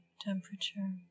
temperature